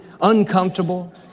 uncomfortable